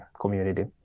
community